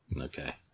okay